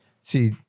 see